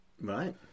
Right